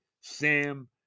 Sam